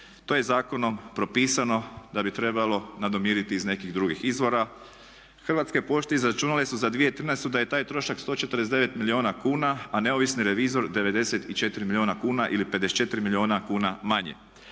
To je zakonom propisano da bi trebalo nadomiriti iz nekih drugih izvora. Hrvatske pošte izračunale su za 2013. da je taj trošak 149. milijuna kuna, a neovisni revizor 94 milijuna kuna ili 54 milijuna kuna manje.